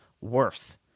worse